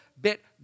bit